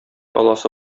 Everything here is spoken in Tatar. аласы